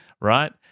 right